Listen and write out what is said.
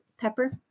pepper